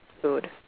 food